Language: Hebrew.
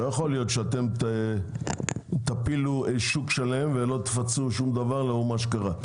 לא יכול להיות שאתם תפילו שוק שלם ולא תפצו בשום דבר לאור מה שקרה.